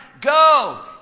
Go